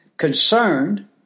concerned